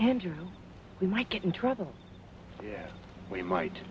know we might get in trouble yeah we might